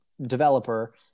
developer